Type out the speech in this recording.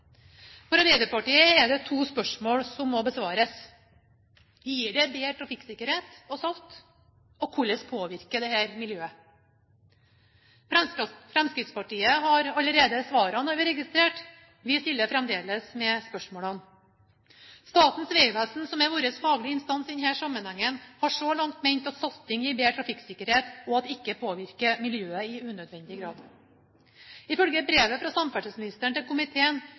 For Arbeiderpartiet er det to spørsmål som må besvares: Gir det bedre trafikksikkerhet å salte? Hvordan påvirker dette miljøet? Fremskrittspartiet har allerede svarene, har vi registrert. Vi stiller fremdeles spørsmålene. Statens vegvesen, som er vår faglige instans i denne sammenhengen, har så langt ment at salting gir bedre trafikksikkerhet, og at det ikke påvirker miljøet i unødvendig grad. Ifølge brevet fra samferdselsministeren til komiteen